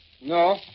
No